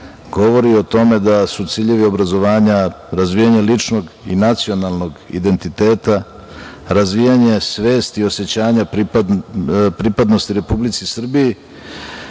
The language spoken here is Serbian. govori o tome da su ciljevi obrazovanja razvijanje ličnog i nacionalnog identiteta, razvijanje svesti i osećanja pripadnosti Republici Srbiji,